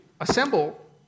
assemble